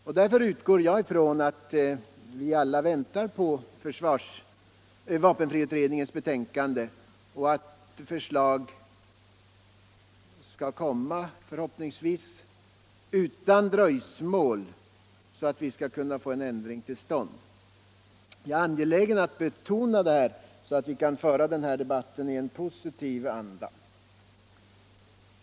Och därför utgår jag från att vi alla väntar på vapenfriutredningens betänkande och på att förslaget skall komma, förhoppningsvis utan dröjsmål, så att vi skall kunna få en ändring till stånd. Jag är angelägen om att betona detta, så att vi kan föra den här debatten i en positiv anda.